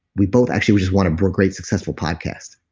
we both actually we just want a great, successful podcast.